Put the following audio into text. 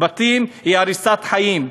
בתים היא הריסת חיים,